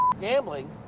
gambling